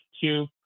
two